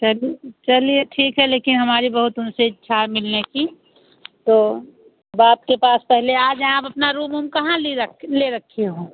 चलिए चलिए ठीक है लेकिन हमारी बहुत उनसे इच्छा है मिलने की तो अब आपके पास पहले आ जाएँ आप अपना रूम ऊम कहाँ रूम ली रख ले रखी हों